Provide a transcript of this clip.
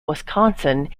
wisconsin